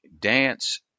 dance